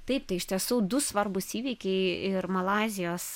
taip tai iš tiesų du svarbūs įvykiai ir malaizijos